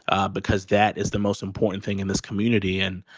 ah because that is the most important thing in this community. and,